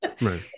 Right